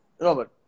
Robert